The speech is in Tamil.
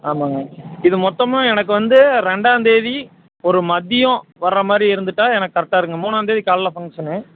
ஆமாங்க இது மொத்தமா எனக்கு வந்து ரெண்டாந்தேதி ஒரு மதியம் வர்ற மாதிரி இருந்துட்டா எனக்கு கரெக்டாக இருக்குங்க மூணாந்தேதி காலையில் ஃபங்க்ஷனு